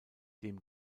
dem